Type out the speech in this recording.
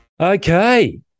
okay